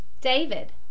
David